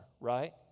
right